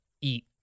eat